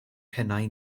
pennau